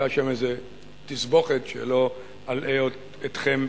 היתה שם איזו תסבוכת, שלא אלאה אתכם